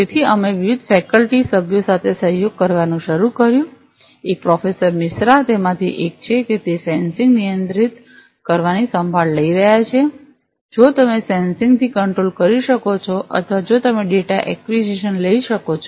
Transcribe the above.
તેથી અમે વિવિધ ફેકલ્ટી સભ્યો સાથે સહયોગ કરવાનું શરૂ કર્યું એક પ્રોફેસર મિશ્રા તેમાંથી એક છે કે તે સેન્સિંગને નિયંત્રિત કરવાની સંભાળ લઈ રહ્યાં છો જો તમે સેન્સિંગ થી કંટ્રોલ કરી શકો છો અથવા જો તમે ડેટા એક્વિઝિશન લઈ શકો છો